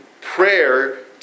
prayer